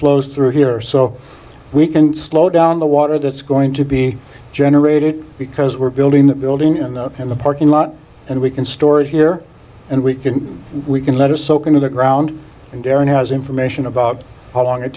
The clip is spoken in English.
flows through here so we can slow down the water that's going to be generated because we're building the building in the in the parking lot and we can store it here and we can we can let it soak into the ground and aaron has information about how long it